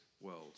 world